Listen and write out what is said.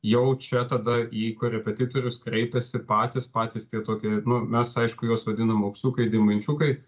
jaučia tada į korepetitorius kreipiasi patys patys tie tokie nu mes aišku juos vadinam auksiukai deimančiukai